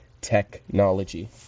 technology